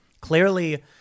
Clearly